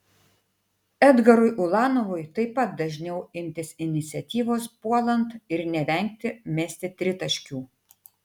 edgarui ulanovui taip pat dažniau imtis iniciatyvos puolant ir nevengti mesti tritaškių